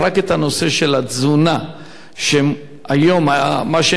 והיום, מה שנקרא, אותן עמותות שפועלות,